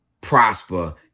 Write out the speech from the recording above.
Prosper